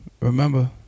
remember